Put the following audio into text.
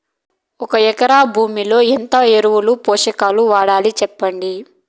ఒక ఎకరా భూమిలో ఎంత ఎరువులు, పోషకాలు వాడాలి సెప్పండి?